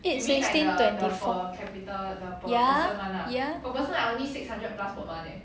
eight sixteen twenty four ya ya